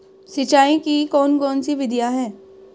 सिंचाई की कौन कौन सी विधियां हैं?